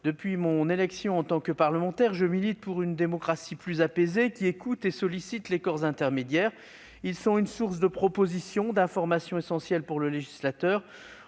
Depuis mon élection en tant que parlementaire, je milite pour une démocratie plus apaisée, qui écoute et sollicite les corps intermédiaires. Ces corps sont une source de propositions et d'informations essentielles pour le législateur.